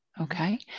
Okay